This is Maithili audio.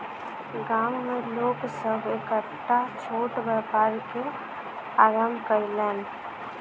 गाम में लोक सभ एकटा छोट व्यापार के आरम्भ कयलैन